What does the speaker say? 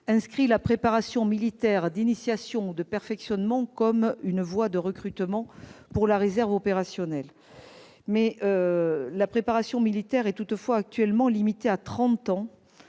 inscrit la préparation militaire d'initiation ou de perfectionnement comme une voie de recrutement pour la réserve opérationnelle. Toutefois, la préparation militaire est actuellement limitée aux